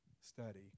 study